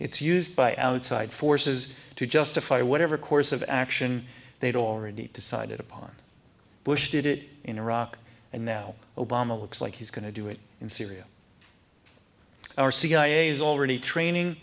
it's used by outside forces to justify whatever course of action they'd already decided upon bush did it in iraq and now obama looks like he's going to do it in syria our cia is already training